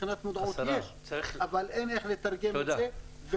מודעות יש אבל אין איך לתרגם את זה,